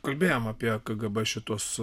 kalbėjom apie kgb šituos